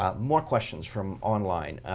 um more questions from online.